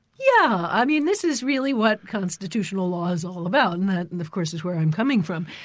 yeah i mean this is really what constitutional law is all about. and that and of course is where i'm coming from.